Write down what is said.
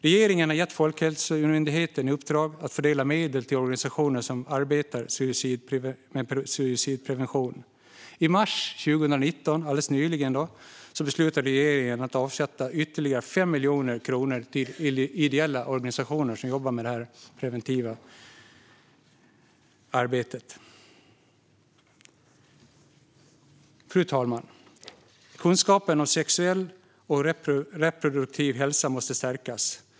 Regeringen har gett Folkhälsomyndigheten i uppdrag att fördela medel till organisationer som arbetar med suicidprevention. I mars 2019 - alldeles nyligen - beslutade regeringen att avsätta ytterligare 5 miljoner kronor till ideella organisationer som arbetar preventivt. Fru talman! Kunskapen om sexuell och reproduktiv hälsa måste stärkas.